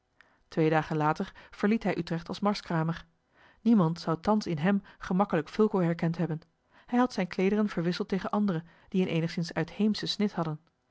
twee dagen later verliet hij utrecht als marskramer niemand zou thans in hem gemakkelijk fulco herkend hebben hij had zijne kleederen verwisseld tegen andere die een eenigszins uitheemschen snit hadden